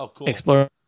explore